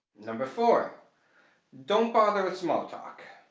number four don't bother with small talk.